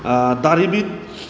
दारिमिन